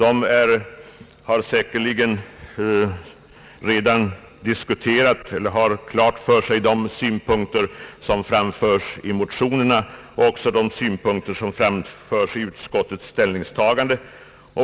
Utredningen känner säkerligen väl till de synpunkter som framförs i motionerna och i utskottets betänkande.